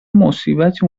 مصیبتی